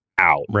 out